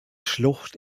schlucht